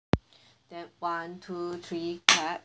then one two three clap